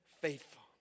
faithful